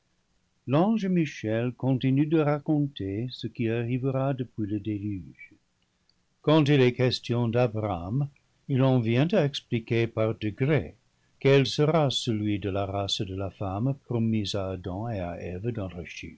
l'ange michel continue de raconter ce qui arrivera depuis le déluge quand il est question d'abraham il en vient à expliquer par degrés quel sera celui de la race de la femme promis à adam